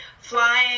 flying